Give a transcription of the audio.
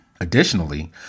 Additionally